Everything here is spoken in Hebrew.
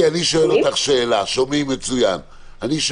לי יש